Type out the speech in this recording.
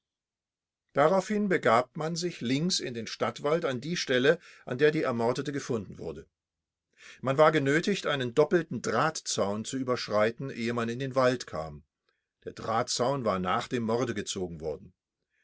darauf begab man sich links in den stadtwald an die stelle an der die ermordete gefunden wurde man war genötigt einen doppelten drahtzaun zu überschreiten ehe man in den wald kam der drahtzaun war nach dem morde gezogen worden